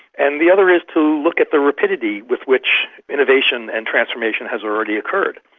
and the other is to look at the rapidity with which innovation and transformation has already occurred.